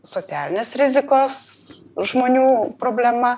socialinės rizikos žmonių problema